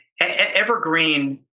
evergreen